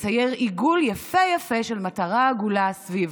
לצייר עיגול יפה יפה של מטרה עגולה סביב